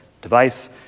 device